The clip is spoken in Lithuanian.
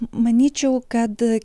manyčiau kad